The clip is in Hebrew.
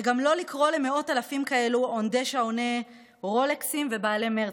וגם לא לקרוא למאות אלפים כאלה עונדי שעוני רולקסים ובעלי מרצדסים.